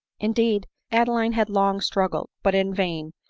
indeed, adeline had long struggled, but in vain,